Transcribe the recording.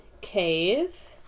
cave